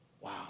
Wow